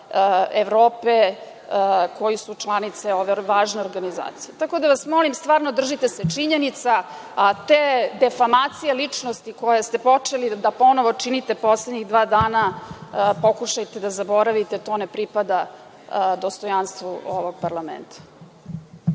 Evrope koje su članice ove važne organizacije. Tako da vas molim, držite se činjenica, a te defamacije ličnosti koje ste počeli ponovo da činite poslednjih dana, pokušajte da zaboravite to ne pripada dostojanstvu ovog parlamenta.